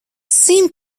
seem